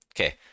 okay